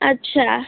अच्छा